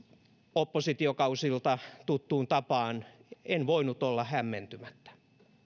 oppositiokausilta tuttuun tapaan en voinut olla hämmentymättä